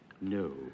No